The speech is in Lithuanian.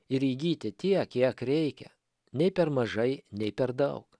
ir įgyti tiek kiek reikia nei per mažai nei per daug